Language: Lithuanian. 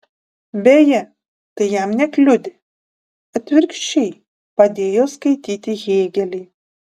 beje tai jam nekliudė atvirkščiai padėjo skaityti hėgelį